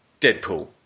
Deadpool